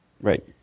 Right